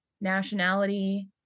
nationality